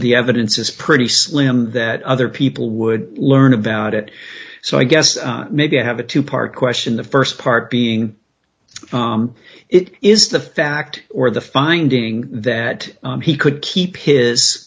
the evidence is pretty slim that other people would learn about it so i guess maybe i have a two part question the st part being it is the fact or the finding that he could keep his